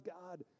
God